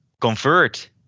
convert